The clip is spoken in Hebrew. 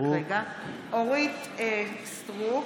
(קוראת בשם חברת הכנסת) אורית מלכה סטרוק,